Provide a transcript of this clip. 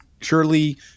Surely